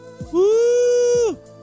Woo